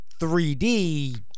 3D